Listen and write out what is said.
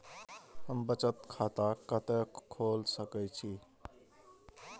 हम बचत खाता कते खोल सके छी?